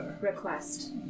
request